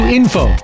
info